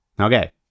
Okay